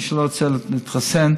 מי שלא רוצה להתחסן,